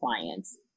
clients